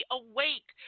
awake